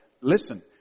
listen